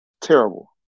terrible